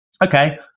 okay